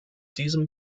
diesem